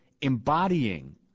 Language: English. embodying